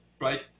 right